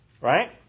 right